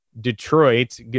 Detroit